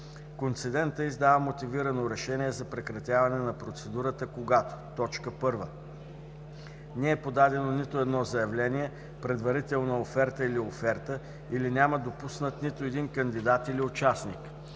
Концедентът издава мотивирано решение за прекратяване на процедурата, когато: 1. не е подадено нито едно заявление, предварителна оферта или оферта или няма допуснат нито един кандидат или участник;